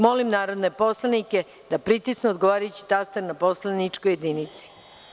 Molim narodne poslanike da pritisnu odgovarajući taster na poslaničkoj jedinici.